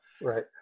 Right